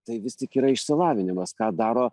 tai vis tik yra išsilavinimas ką daro